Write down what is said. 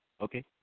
okay